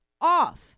off